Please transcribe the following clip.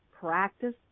practice